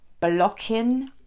blocking